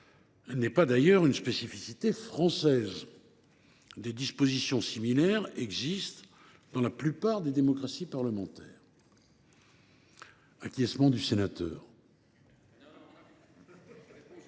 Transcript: Elle n’est d’ailleurs pas une spécificité française, des dispositions similaires existant dans la plupart des démocraties parlementaires –« Acquiescement du sénateur